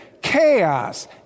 chaos